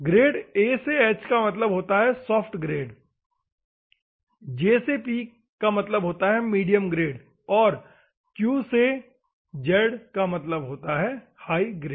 grade A से H का मतलब होता है सॉफ्ट ग्रेड J से P होती है मीडियम ग्रेड और Q से Z होता है हार्ड ग्रेड